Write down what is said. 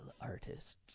artists